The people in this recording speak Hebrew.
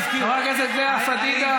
חבר הכנסת גליק.